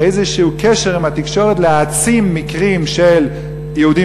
איזה קשר עם התקשורת להעצים מקרים של יהודים